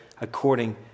according